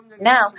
Now